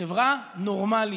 חברה נורמלית,